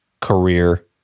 career